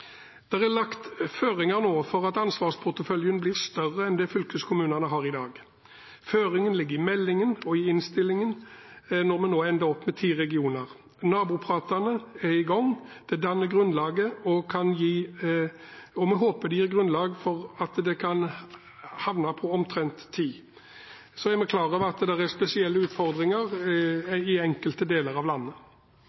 er nå lagt føringer for at ansvarsporteføljen blir større enn det fylkeskommunene har i dag. Føringen ligger i meldingen og i innstillingen, når vi nå ender opp med ti regioner. Nabopratene er i gang, og vi håper det gir grunnlag for at det kan havne på omtrent ti. Så er vi klar over at det er spesielle utfordringer